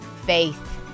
faith